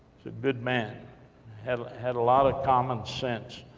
a good man had had a lot of common sense.